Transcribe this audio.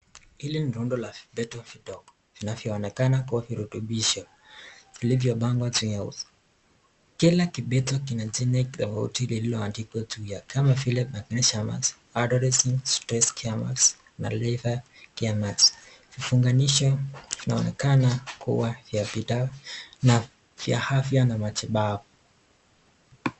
Hili ni rundo la vibete vidogo vinavyoonekana kuwa virutubisho vilivyopangwa juu ya uso. Kila kibete kina jina tofauti lililoandikwa juu ya kama vile Magnesium Max, Artoresin, Stress Care Max na Liver Care Max . Vifunganishio vinaonekana kuwa vya dawa na vya afya na matibabu.